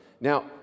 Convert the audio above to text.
Now